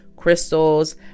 crystals